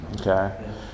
okay